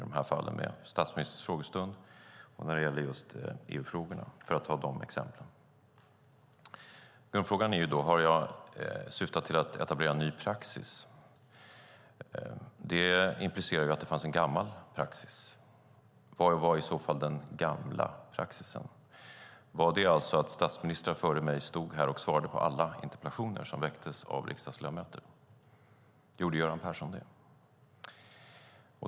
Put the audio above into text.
Det gäller då statsministerns frågestund och just EU-frågorna, för att ta de exemplen. Grundfrågan är då: Har jag syftat till att etablera en ny praxis? Det implicerar att det fanns en gammal praxis. Vad var i så fall den gamla praxisen? Var det alltså att statsministrar före mig stod här och svarade på alla interpellationer som ställdes av riksdagsledamöter? Gjorde Göran Persson det?